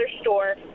store